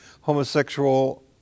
homosexual